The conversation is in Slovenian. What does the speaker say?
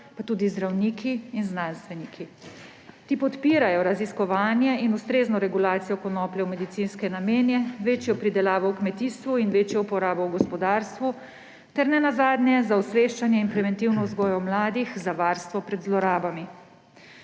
pa tudi zdravniki in znanstveniki. Ti podpirajo raziskovanje in ustrezno regulacijo konoplje v medicinske namene, večjo pridelavo v kmetijstvu in večjo uporabo v gospodarstvu ter ne nazadnje za osveščanje in preventivno vzgojo mladih za varstvo pred zlorabami.